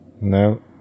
no